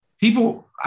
People